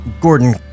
Gordon